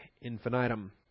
infinitum